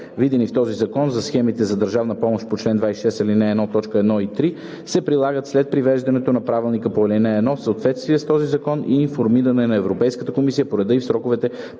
предвидени в този закон, за схемите за държавна помощ по чл. 26, ал. 1, т. 1 и 3 се прилагат след привеждане на правилника по ал. 1 в съответствие с този закон и информиране на Европейската комисия по реда и в сроковете,